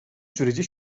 süreci